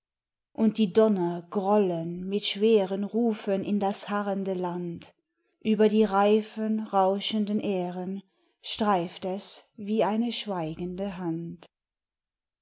und die donner grollen mit schweren rufen in das harrende land über die reifen rauschenden ähren streift es wie eine schweigende hand